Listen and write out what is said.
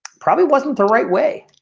probably wasn't the right way